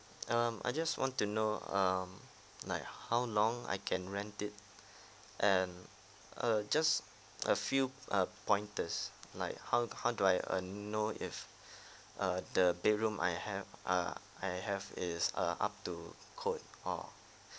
um I just want to know um like how long I can rent it and uh just a few uh pointers like how how do I err know if err the bedroom I have uh I have is uh up to code or